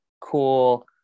cool